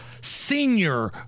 Senior